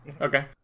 Okay